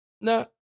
No